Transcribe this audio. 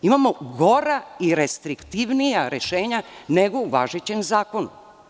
Imamo gora i restriktivnija rešenja nego u važećem zakonu.